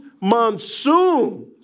monsoons